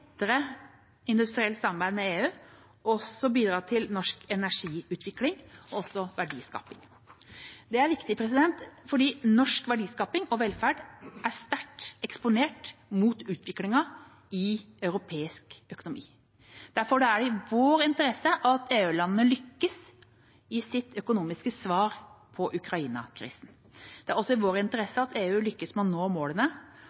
industrielt samarbeid med EU også bidra til norsk industriutvikling og verdiskaping. Det er viktig fordi norsk verdiskapning og velferd er sterkt eksponert mot utviklingen i europeisk økonomi. Derfor er det i vår interesse at EU-landene lykkes med sitt økonomiske svar på Ukraina-krisen. Det er også i vår interesse at EU lykkes med å nå målene